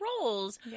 roles